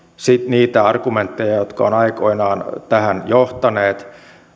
niitä argumentteja jotka ovat aikoinaan tähän johtaneet